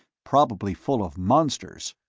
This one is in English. probably full of monsters.